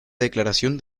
declaración